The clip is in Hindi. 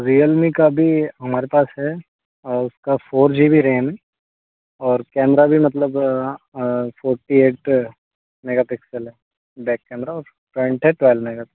रियल मी का भी हमारे पास है उसका फोर जी बी रेम है और कैमरा भी मतलब फोर्टी एट मेगापिक्सल है बैक कैमरा और फ्रंट है ट्वेल्व मेगा